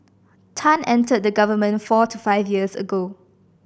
Tan entered the government four to five years ago